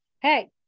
Hey